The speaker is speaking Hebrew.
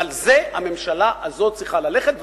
ועל זה הממשלה הזאת צריכה ללכת,